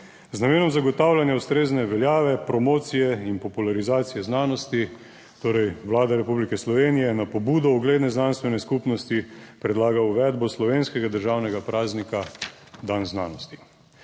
Z namenom zagotavljanja ustrezne veljave promocije in popularizacije znanosti, torej Vlada Republike Slovenije na pobudo ugledne znanstvene skupnosti predlaga uvedbo slovenskega državnega praznika dan znanosti.